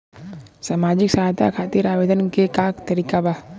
सामाजिक सहायता खातिर आवेदन के का तरीका बा?